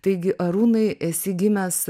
taigi arūnai esi gimęs